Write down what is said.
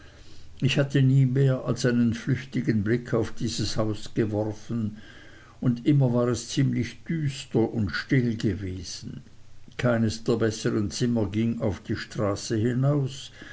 ich hatte nie mehr als einen flüchtigen blick auf dieses haus geworfen und immer war es ziemlich düster und still gewesen keines der bessern zimmer ging auf die straße hinaus